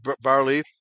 Barley